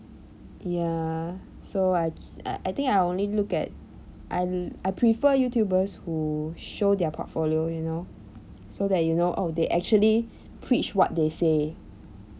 ya so I I I think I only look at I'll I prefer youtubers who show their portfolio you know so that you know oh they actually preach what they say